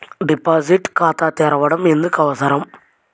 Deposit ఖాతా తెరవడం ఎందుకు అవసరం?